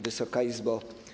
Wysoka Izbo!